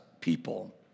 people